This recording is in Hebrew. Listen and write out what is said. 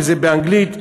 אם באנגלית,